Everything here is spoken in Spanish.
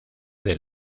del